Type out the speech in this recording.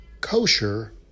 kosher